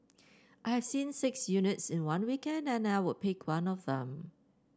I have seen six units in one weekend and I would pick one of them